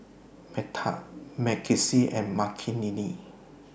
Medha and Makineni